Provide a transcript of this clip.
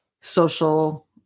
social